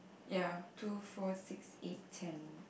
ya two four six eight ten